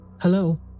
Hello